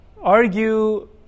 argue